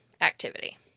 activity